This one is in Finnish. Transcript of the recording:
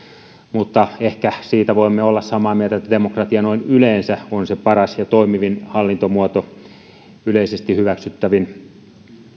mutta ehkä siitä voimme olla samaa mieltä että demokratia noin yleensä on se paras ja toimivin hallintomuoto yleisesti hyväksyttävin